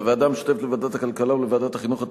בוועדה המשותפת לוועדת הכלכלה ולוועדת החינוך,